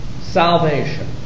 salvation